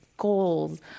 goals